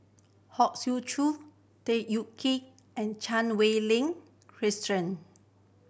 Hong Sek Chern Tham Yui and Chan Wei Ling